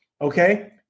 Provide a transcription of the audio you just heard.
Okay